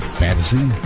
fantasy